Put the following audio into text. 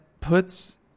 puts